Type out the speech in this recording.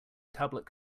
tablet